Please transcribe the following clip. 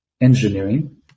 engineering